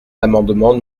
l’amendement